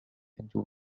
into